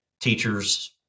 teachers